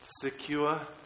secure